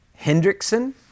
Hendrickson